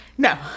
No